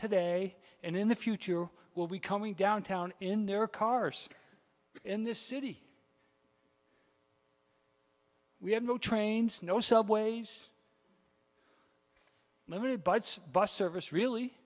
today and in the future will be coming downtown in their cars in this city we have no trains no subways limited bud's bus service really